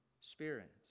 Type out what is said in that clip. Spirit